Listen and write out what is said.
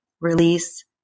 release